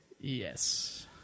Yes